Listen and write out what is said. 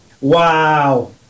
Wow